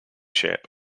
shape